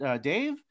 Dave